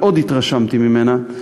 מאוד התרשמתי ממנה,